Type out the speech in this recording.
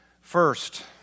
First